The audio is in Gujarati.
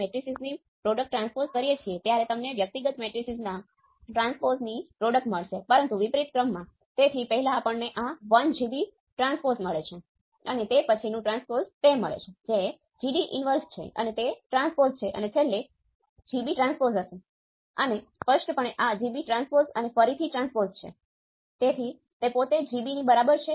મેં વોલ્ટેજ સ્ત્રોત આ રીતે હોય છે અને હું કહું છું કે A ઋણાત્મક ટર્મિનલ છે અને B ધનાત્મક ટર્મિનલ છે અને આ VAB છે